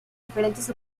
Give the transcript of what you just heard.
diferentes